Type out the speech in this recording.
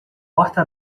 porta